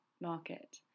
market